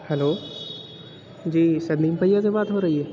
hello جی سلیم بھیا سے بات ہو رہی ہے